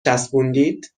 چسبوندید